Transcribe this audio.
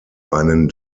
einen